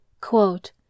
Quote